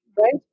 Right